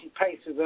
paces